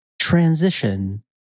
transition